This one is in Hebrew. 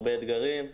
הרבה אתגרים.